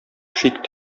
шик